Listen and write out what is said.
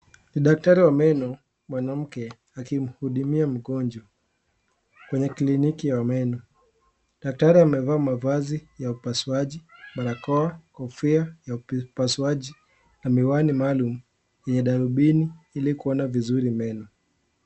Ni daktari wa meno mwanamke akimhudumia mgonjwa , kwenye kliniki ya meno , daktari amevaa mavazi ya upasuaji barakoa , kofia ya upasuaji na miwani maalum yenye darubini ili kuona vizuri meno.